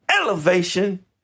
elevation